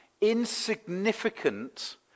Insignificant